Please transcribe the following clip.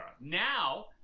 now